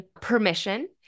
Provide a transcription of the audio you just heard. permission